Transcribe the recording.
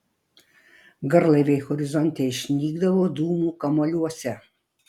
garlaiviai horizonte išnykdavo dūmų kamuoliuose